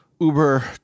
Uber